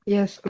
Yes